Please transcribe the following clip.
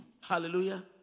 hallelujah